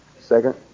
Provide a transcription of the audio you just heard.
Second